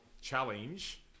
challenge